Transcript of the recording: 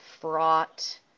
fraught